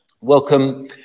welcome